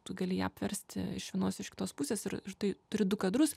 tu gali ją apversti iš vienos iš kitos pusės ir ir tai turi du kadrus